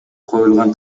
коюлган